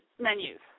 menus